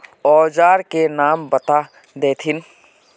औजार के नाम बता देथिन?